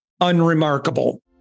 unremarkable